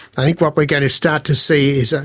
i think what we're going to start to see is, ah